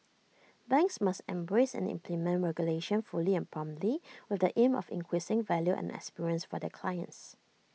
banks must embrace and implement regulation fully and promptly with the aim of increasing value and experience for their clients